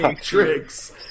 tricks